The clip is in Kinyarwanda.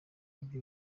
byo